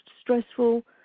stressful